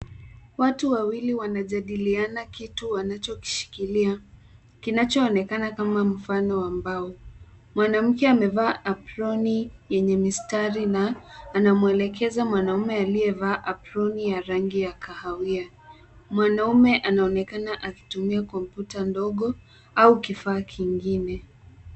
Watu wawili wanajadiliana kitu wanachokishikilia kinachoonekana kama mfano wa mbao. Mwanamke amevaa aproni yenye mistari na anamwelekeza mwanamume aliyevaa aproni ya rangi ya kahawia. Mwanamume anaonekana akitumia kompyuta ndogo au kifaa kingine.